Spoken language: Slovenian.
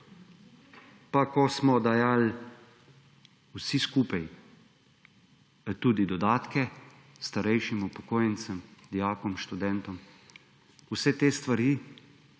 pa ko smo dajali vsi skupaj tudi dodatke starejšim upokojencem, dijakom, študentom, vse te stvari,